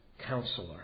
counselor